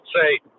say